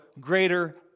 greater